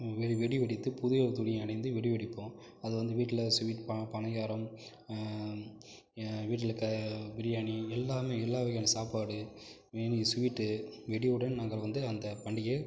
வெ வெடி வெடித்து புது துணி அணிந்து வெடி வெடிப்போம் அது வந்து வீட்டில் ஸ்வீட் பணியாரம் வீட்டில் பிரியாணி எல்லாமே எல்லா வகையான சாப்பாடு எனி ஸ்வீட் வெடியுடன் நாங்கள் வந்து அந்த பண்டிகையை